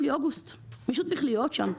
ומישהו צריך להיות שם.